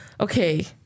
Okay